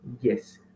Yes